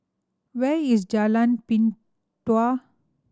where is Jalan Pintau